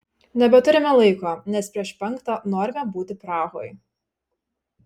nebeturime laiko nes prieš penktą norime būti prahoj